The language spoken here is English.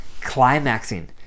Climaxing